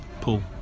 pull